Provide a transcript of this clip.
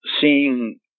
seeing